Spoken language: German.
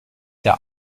der